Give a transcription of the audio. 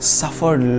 suffered